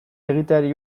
egiteari